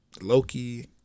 Loki